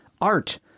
art